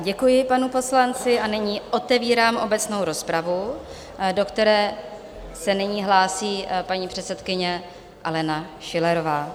Děkuji panu poslanci a nyní otevírám obecnou rozpravu, do které se nyní hlásí paní předsedkyně Alena Schillerová.